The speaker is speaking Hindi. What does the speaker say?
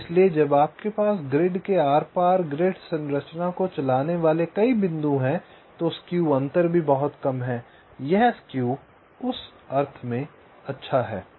इसलिए जब आपके पास ग्रिड के आर पार ग्रिड संरचना को चलाने वाले कई बिंदु हैं तो स्क्यू अंतर भी बहुत कम है यह स्क्यू उस अर्थ में अच्छा है